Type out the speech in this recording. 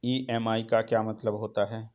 EMI का क्या मतलब होता है?